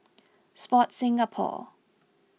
Sport Singapore